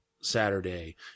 Saturday